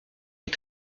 est